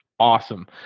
Awesome